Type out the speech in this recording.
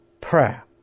prayer